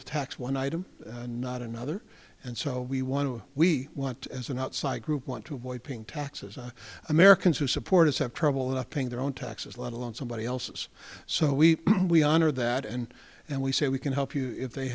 to tax one item and not another and so we want to we want as an outside group want to avoid paying taxes on americans who support us have trouble enough paying their own taxes let alone somebody else's so we we honor that and and we say we can help you if they